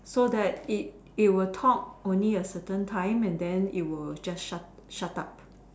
so that it it will talk only a certain time and then it will just shut shut up